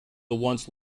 once